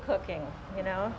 cooking you know